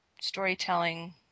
storytelling